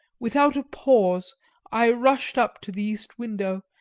without a pause i rushed up to the east window,